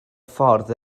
ffordd